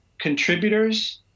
contributors